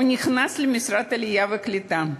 הוא נכנס למשרד העלייה והקליטה,